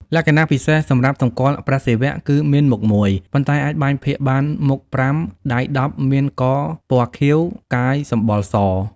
លក្ខណៈពិសេសសម្រាប់សម្គាល់ព្រះសិវៈគឺ មានមុខមួយ ប៉ុន្តែអាចបែងភាគបានមុខ ៥ ដៃ ១០ មានកពណ៌ខៀវ កាយសម្បុរ ស។។